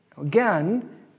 Again